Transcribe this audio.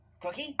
Cookie